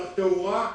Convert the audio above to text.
צריך תאורה,